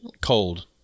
Cold